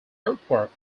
artwork